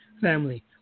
family